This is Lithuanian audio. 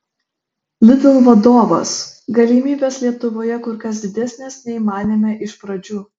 lidl vadovas galimybės lietuvoje kur kas didesnės nei manėme iš pradžių